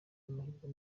amahirwe